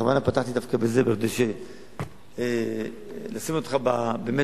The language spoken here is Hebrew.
בכוונה פתחתי דווקא בזה כדי לשים אותך באמת